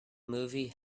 movie